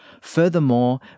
Furthermore